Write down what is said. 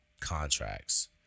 contracts